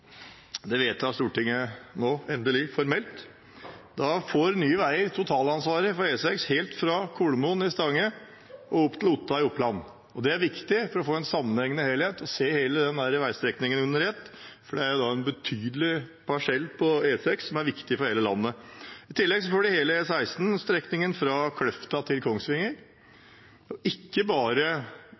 vedtar Stortinget nå endelig formelt. Da får Nye veier totalansvaret for E6 helt fra Kolomoen i Stange og opp til Otta i Oppland. For å få en sammenhengende helhet er det viktig å se hele den veistrekningen under ett, for det er en betydelig parsell på E6 som er viktig for hele landet. I tillegg får de hele E16-strekningen fra Kløfta til Kongsvinger, og ikke bare